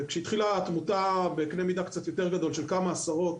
כשהתחילה התמותה בקנה מידה קצת יותר גדול של כמה עשרות,